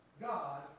God